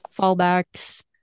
fallbacks